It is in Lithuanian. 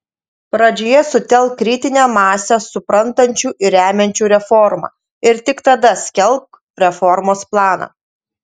pradžioje sutelk kritinę masę suprantančių ir remiančių reformą ir tik tada skelbk reformos planą